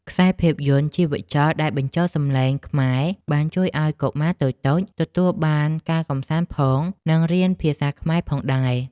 ខ្សែភាពយន្តជីវចលដែលបញ្ចូលសំឡេងខ្មែរបានជួយឱ្យកុមារតូចៗទទួលបានការកម្សាន្តផង និងរៀនភាសាខ្មែរផងដែរ។